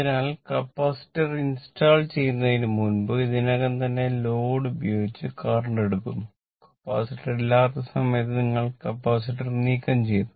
അതിനാൽ capacitor install ചെയ്യുന്നതിനുമുമ്പ് ഇതിനകം തന്നെ ലോഡ് ഉപയോഗിച്ച് കറന്റ് എടുക്കുന്നു കപ്പാസിറ്റർ ഇല്ലാത്ത സമയത്ത് നിങ്ങൾ കപ്പാസിറ്റർ നീക്കംചെയ്യുന്നു